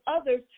others